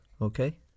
Okay